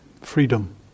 freedom